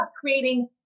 creating